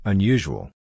Unusual